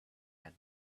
had